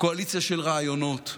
קואליציה של רעיונות,